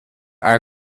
eye